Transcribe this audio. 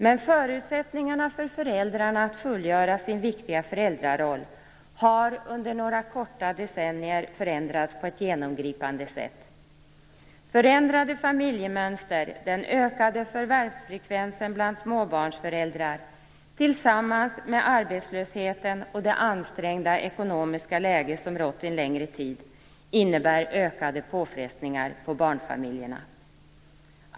Men förutsättningarna för föräldrarna att fullgöra sin viktiga föräldraroll har under några korta decennier förändrats på ett genomgripande sätt. Förändrade familjemönster, den ökade förvärvsfrekvensen bland småbarnsföräldrar tillsammans med arbetslösheten och det ansträngda ekonomiska läge som rått en längre tid innebär ökade påfrestningar på barnfamiljerna.